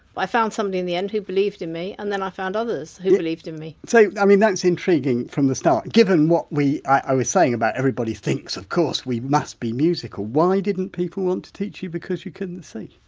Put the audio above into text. i found somebody in the end who believed in me and then i found others who believed in me so, i mean that's intriguing from the start, given what i i was saying about everybody thinks, of course, we must be musical why didn't people want to teach you because you couldn't see?